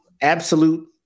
Absolute